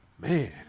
Man